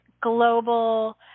global